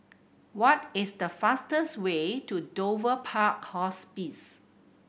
what is the fastest way to Dover Park Hospice